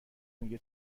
میگه